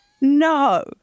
No